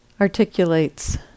articulates